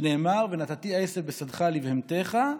שנאמר: "ונתתי עשב בשדך לבהמתך",